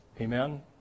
Amen